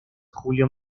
julio